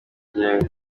njyewe